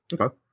Okay